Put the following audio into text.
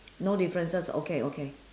no differences okay okay